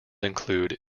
include